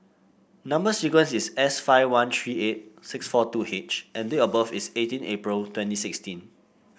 number sequence is S five one three eight six four two H and date of birth is eighteen April twenty sixteen